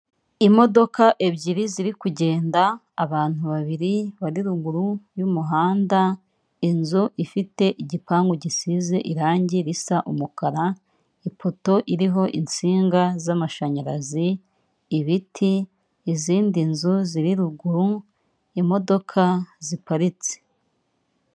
Imodoka ebyiri ziri kugenda, abantu babiri bari ruguru y'umuhanda, inzu ifite igipangu gisize irangi risa umukara, ipoto iriho insinga z'amashanyarazi, ibiti, izindi nzu ziri ruguru, imodoka ziparitse.